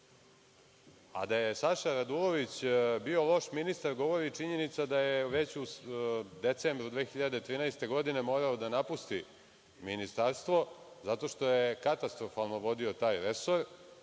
je Saša Radulović bio loš ministar govori činjenica da je već u decembru 2013. godine morao da napusti Ministarstvo, zato što je katastrofalno vodio taj resor